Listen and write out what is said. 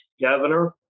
governor